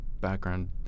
background